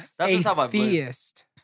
atheist